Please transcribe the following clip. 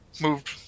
moved